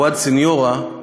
פואד סניורה,